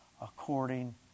According